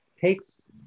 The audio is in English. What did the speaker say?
takes